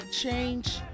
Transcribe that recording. change